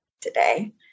today